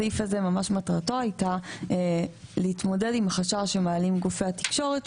מטרת הסעיף הזה הייתה להתמודד עם החשש שמעלים גופי התקשורת,